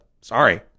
Sorry